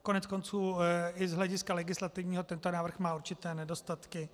Koneckonců i z hlediska legislativního tento návrh má určité nedostatky.